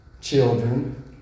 children